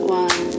one